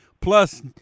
Plus